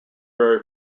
very